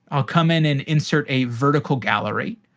i'll come in and insert a vertical gallery.